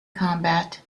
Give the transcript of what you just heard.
combat